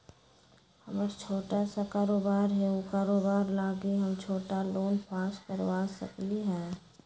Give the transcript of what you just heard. हमर छोटा सा कारोबार है उ कारोबार लागी हम छोटा लोन पास करवा सकली ह?